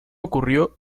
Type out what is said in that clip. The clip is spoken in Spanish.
ocurrió